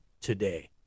today